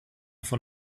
von